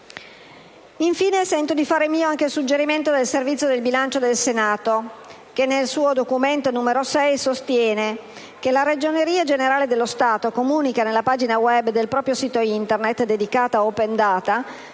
Infine, sento di fare mio il suggerimento del Servizio del bilancio del Senato, che nel *dossier* n. 6 sostiene: «La Ragioneria generale dello Stato (RGS) comunica nella pagina *web* del proprio sito Internet dedicata a Open data